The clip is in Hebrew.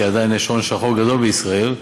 כי עדיין יש הון שחור גדול בישראל,